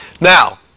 Now